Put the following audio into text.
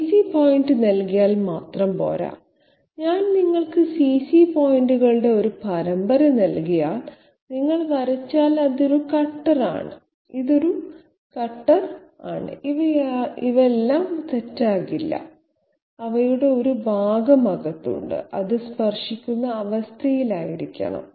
CC point നൽകിയാൽ മാത്രം പോരാ ഞാൻ നിങ്ങൾക്ക് CC പോയിന്റുകളുടെ ഒരു പരമ്പര നൽകിയാൽ നിങ്ങൾ വരച്ചാൽ ഇതൊരു കട്ടർ ആണ് ഇതൊരു കട്ടർ ആണ് ഇതൊരു കട്ടർ ആണ് ഇവയെല്ലാം തെറ്റാകില്ല അവയുടെ ഒരു ഭാഗം അകത്തുണ്ട് അത് സ്പർശിക്കുന്ന അവസ്ഥയിലായിരിക്കണം